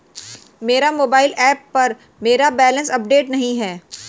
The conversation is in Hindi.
मेरे मोबाइल ऐप पर मेरा बैलेंस अपडेट नहीं है